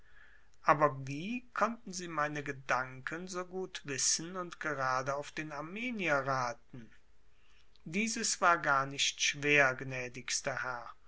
aber wie konnten sie meine gedanken so gut wissen und gerade auf den armenier raten dieses war gar nicht schwer gnädigster herr